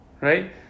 Right